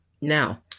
Now